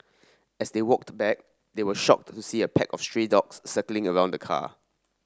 as they walked back they were shocked to see a pack of stray dogs circling around the car